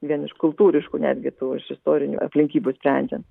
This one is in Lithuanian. vien iš kultūriškų netgi tų iš istorinių aplinkybių sprendžiant